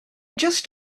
just